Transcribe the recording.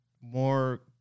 more